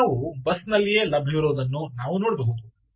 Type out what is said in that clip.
data ವು ಬಸ್ನಲ್ಲಿಯೇ ಲಭ್ಯವಿರುವುದನ್ನು ನಾವು ನೋಡಬಹುದು